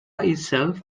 itself